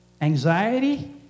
anxiety